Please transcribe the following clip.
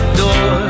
door